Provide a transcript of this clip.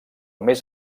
més